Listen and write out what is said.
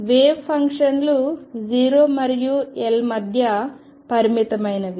wave ఫంక్షన్లు 0 మరియు L మధ్య పరిమితమైనవి